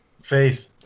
Faith